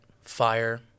fire